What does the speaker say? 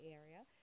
area